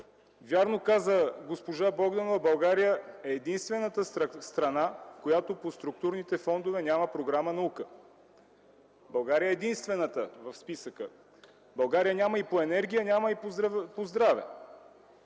Вярно каза госпожа Богданова – България е единствената страна, която по структурните фондове няма програма „Наука”, България е единствената в списъка, но я няма и по енергия, и по здраве.